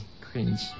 cringe